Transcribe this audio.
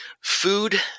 Food